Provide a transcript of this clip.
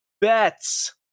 Bets